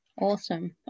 Awesome